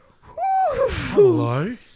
Hello